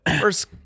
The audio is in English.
First